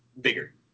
bigger